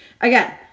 Again